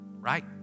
Right